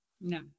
No